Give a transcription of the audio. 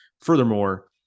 furthermore